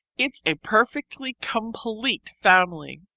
it's a perfectly complete family!